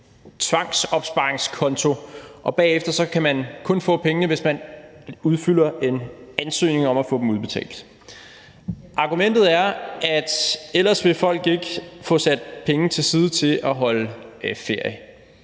tvangsopsparingskonto, og bagefter kan man kun få pengene, hvis man udfylder en ansøgning om at få dem udbetalt. Argumentet er, at folk ellers ikke ville få sat penge til side til at holde ferie